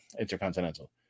Intercontinental